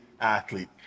athlete